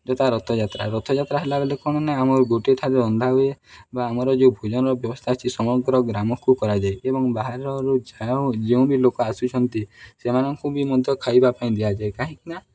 ଯଥା ରଥଯାତ୍ରା ରଥଯାତ୍ରା ହେଲାବେଲେ କ'ଣ ନା ଆମର ଗୋଟେଠାରେ ରନ୍ଧାହୁଏ ବା ଆମର ଯେଉଁ ଭୋଜନର ବ୍ୟବସ୍ଥା ଅଛି ସମଗ୍ର ଗ୍ରାମକୁ କରାଯାଏ ଏବଂ ବାହାରରୁ ଯେଉଁ ଯେଉଁ ବି ଲୋକ ଆସୁଛନ୍ତି ସେମାନଙ୍କୁ ବି ମଧ୍ୟ ଖାଇବା ପାଇଁ ଦିଆଯାଏ କାହିଁକିନା